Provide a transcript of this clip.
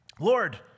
Lord